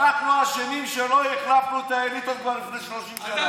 אנחנו אשמים שלא עשינו את זה לפני 20 שנה,